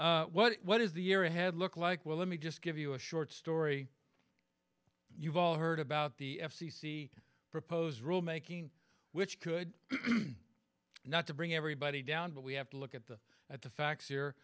what does the year ahead look like well let me just give you a short story you've all heard about the f c c proposed rulemaking which could not to bring everybody down but we have to look at the at the facts here